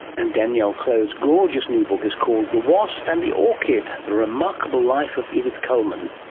and danielle clode's gorgeous new book is called the wasp and the orchid, the remarkable life of edith coleman.